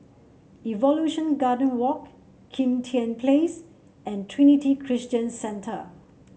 Evolution Garden Walk Kim Tian Place and Trinity Christian Centre